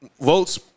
votes